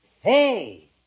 Hey